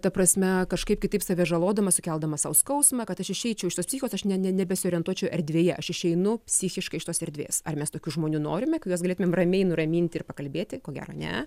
ta prasme kažkaip kitaip save žalodamas sukeldamas sau skausmą kad aš išeičiau iš tos psichikos aš ne ne nebesiorientuočiau erdvėje aš išeinu psichiškai iš tos erdvės ar mes tokių žmonių norime kuriuos galėsim ramiai nuraminti ir pakalbėti ko gero ne